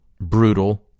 brutal